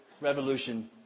revolution